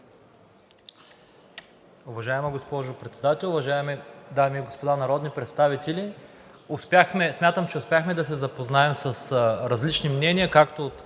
Уважаема госпожо Председател, уважаеми дами и господа народни представители! Смятам, че успяхме да се запознаем с различни мнения както от